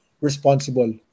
responsible